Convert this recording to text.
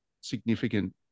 significant